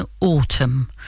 autumn